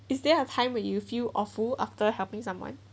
is there a time will you feel awful after helping someone